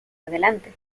adelante